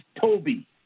Toby